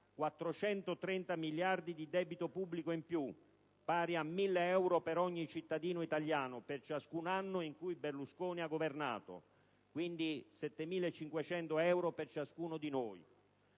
430 miliardi di debito pubblico in più, pari a 1.000 euro per ogni cittadino italiano per ciascun anno in cui Berlusconi ha governato (quindi, 7.500 euro per ciascuno di noi);